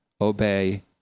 obey